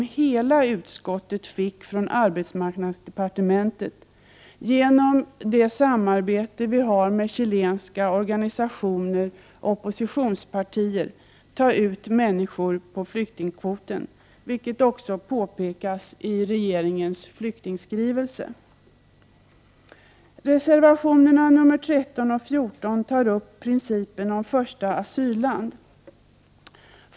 Men om det kan vi ta hela utskottet fick från arbetsmarknadsdepartementet, genom det samarbete Prot. 1988/89:125 vi har med chilenska organisationer och oppositionspartier ta ut människor 31 maj 1989 på flyktingkvoten, vilket också påpekas i regeringens flyktingskrivelse. I reservationerna 13 och 14 tas principen om första asylland upp.